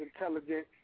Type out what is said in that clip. Intelligent